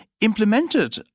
implemented